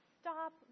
stop